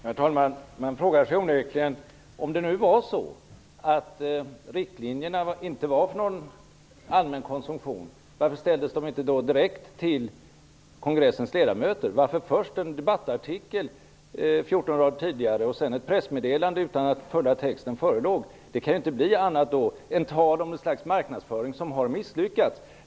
Herr talman! Man frågar sig onekligen varför riktlinjerna, om de nu inte var till för allmän konsumtion, inte ställdes direkt till kongressens ledamöter. Varför skrevs det först en debattartikel 14 dagar tidigare och sedan ett pressmeddelande utan att den fullständiga texten förelåg? Det kan inte bli tal om annat än att detta är ett slags marknadsföring som har misslyckats!